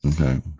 Okay